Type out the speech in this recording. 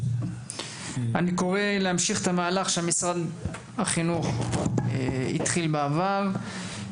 אני קורא להמשיך את המהלך שמשרד החינוך התחיל בעבר.